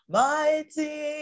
mighty